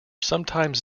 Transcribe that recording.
sometimes